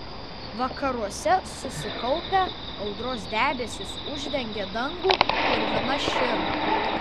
vakaruose susikaupę audros debesys uždengė dangų purvina širma